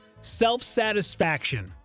self-satisfaction